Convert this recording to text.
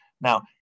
Now